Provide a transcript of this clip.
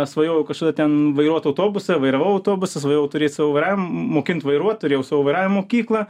svajojau kažkada ten vairuot autobusą vairavau autobusą svajojau turėt savo vaira mokint vairuot turėjau savo vairavimo mokyklą